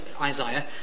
Isaiah